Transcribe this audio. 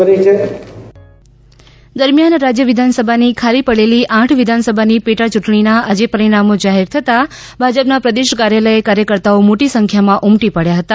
પાટીલ દરમિયાન રાજ્ય વિધાનસભાની ખાલી પડેલી આઠ વિધાનસભાની પેટાયૂંટણીના આજે પરિણામો જાહેર થતાં ભાજપના પ્રદેશ કાર્યાલયે કાર્યકર્તાઓ મોટી સંખ્યામાં ઉમટી પડ્યા હતા